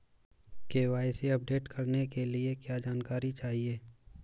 KYC update करने के लिए क्या जानकारी चाहिए?